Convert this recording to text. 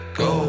go